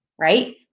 right